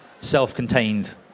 self-contained